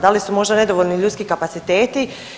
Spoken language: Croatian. Da li su možda nedovoljni ljudski kapaciteti?